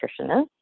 nutritionist